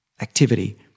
activity